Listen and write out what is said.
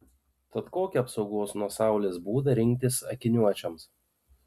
tad kokį apsaugos nuo saulės būdą rinktis akiniuočiams